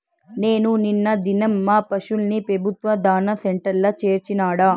నేను నిన్న దినం మా పశుల్ని పెబుత్వ దాణా సెంటర్ల చేర్చినాడ